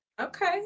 Okay